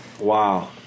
wow